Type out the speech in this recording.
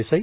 Desai